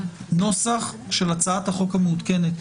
נוסח של הצעת החוק המעודכנת,